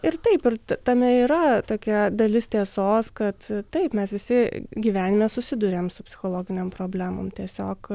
ir taip ir tame yra tokia dalis tiesos kad taip mes visi gyvenime susiduriam su psichologinėm problemom tiesiog